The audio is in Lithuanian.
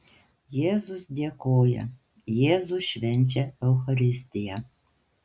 jėzus dėkoja jėzus švenčia eucharistiją